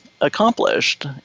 accomplished